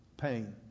pain